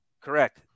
Correct